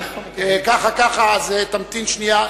ככה ככה, אז תמתין שנייה.